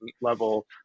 level